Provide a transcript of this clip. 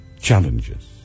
challenges